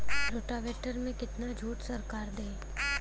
Rotavator में कितना छूट सरकार देही?